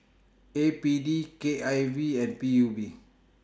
A P D K I V and P U B